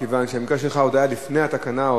מכיוון שהמקרה שלך היה עוד לפני התקנה.